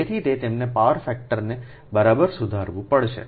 તેથી જ તેમને પાવર ફેક્ટરને બરાબર સુધારવું પડશે